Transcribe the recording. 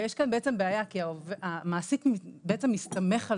יש כאן בעצם בעיה כי המעסיק בעצם מסתמך על